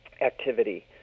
activity